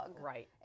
Right